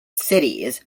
cities